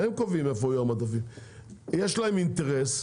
יש להם אינטרס,